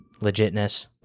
legitness